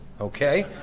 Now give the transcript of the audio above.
okay